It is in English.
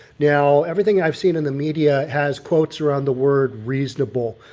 now everything i've seen in the media has quotes around the word reasonable.